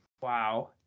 Wow